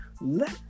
let